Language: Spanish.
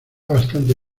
bastante